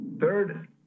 Third